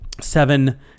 seven